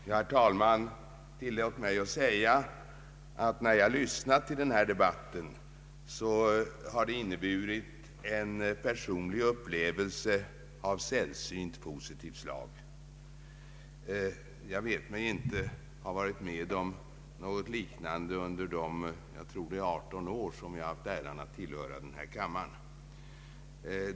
Herr talman! Tillåt mig att säga att när jag lyssnat på den här debatten har det inneburit en personlig upplevelse av sällsynt positivt slag. Jag vet mig inte ha varit med om något liknande under de 18 år som jag haft äran att tillhöra denna kammare.